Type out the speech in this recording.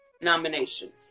Nomination